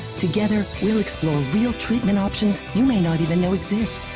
together, we'll explore real treatment options you may not even know exist.